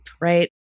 Right